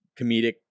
comedic